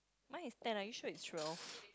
mine is ten are you sure it's twelve